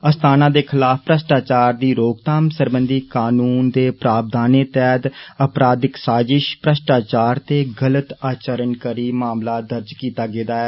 अस्थाना दे खलाफ भ्रश्टाचार दी रोकथाम सरबंधी काननू दे प्रावधाने तैहत अपराधिक साजिष भ्रश्टाचार ते गलत आचरण करी मामला दर्ज कीता गेदा ऐ